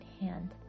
hand